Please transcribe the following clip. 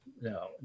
no